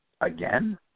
again